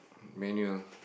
manual